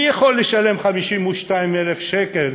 מי יכול לשלם 52,000 שקל